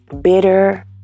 bitter